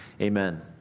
Amen